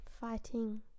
fighting